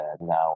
now